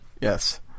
Yes